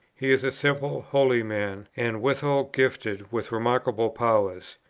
he is a simple, holy man and withal gifted with remarkable powers.